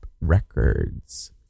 Records